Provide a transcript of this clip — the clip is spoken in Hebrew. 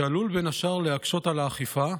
שעלול, בין השאר, להקשות את האכיפה.